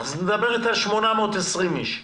בלי הרשויות המקומיות את מדברת על 820 אנשים.